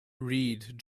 read